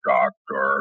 Doctor